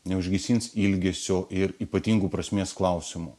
neužgesins ilgesio ir ypatingų prasmės klausimų